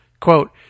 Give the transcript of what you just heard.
Quote